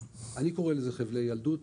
אני קורא לזה "חבלי ילדות".